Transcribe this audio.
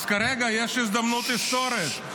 אז כרגע יש הזדמנות היסטורית.